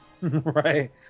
Right